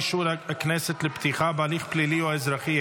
אישור הכנסת לפתיחה בהליך פלילי או אזרחי),